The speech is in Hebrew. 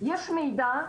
יש מידע,